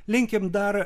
linkim dar